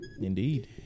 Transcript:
indeed